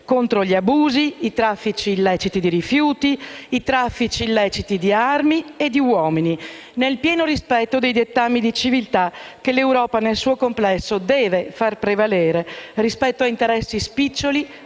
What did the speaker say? contro gli abusi, i traffici illeciti di rifiuti, i traffici illeciti di armi e di uomini, nel pieno rispetto dei dettami di civiltà che l'Europa, nel suo complesso, deve far prevalere, rispetto a interessi spiccioli